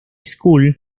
school